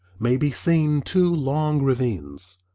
may be seen two long ravines,